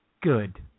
good